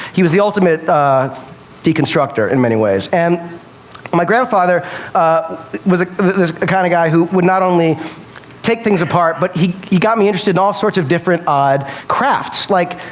he was the ultimate deconstructor in many ways, and my grandfather was the kind of guy who would not only take things apart, but he he got me interested in all sorts of um crafts, like,